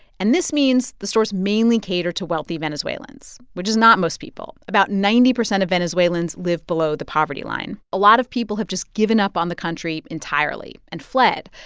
and this means the stores mainly cater to wealthy venezuelans, which is not most people. about ninety percent of venezuelans live below the poverty line. a lot of people have just given up on the country entirely and fled,